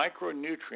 micronutrients